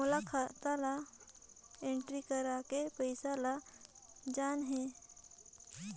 मोला खाता ला एंट्री करेके पइसा ला जान हे?